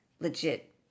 legit